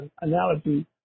analogy